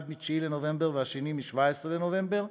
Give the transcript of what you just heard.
אחד מ-9 בנובמבר והשני מ-17 בנובמבר.